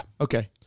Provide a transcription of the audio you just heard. Okay